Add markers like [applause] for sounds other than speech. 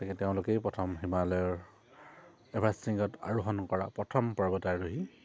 গতিকে তেওঁলোকেই প্ৰথম হিমালয়ৰ এভাৰেষ্ট [unintelligible] আৰোহণ কৰা প্ৰথম পৰ্বত আৰোহী